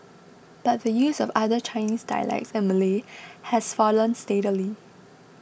but the use of other Chinese dialects and Malay has fallen steadily